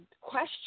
question